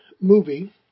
movie